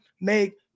make